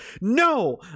No